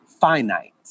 finite